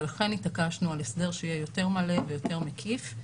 ולכן התעקשנו על הסדר שיהיה יותר מלא ויותר מקיף.